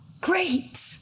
Great